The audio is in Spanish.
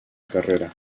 carrera